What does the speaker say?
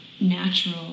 natural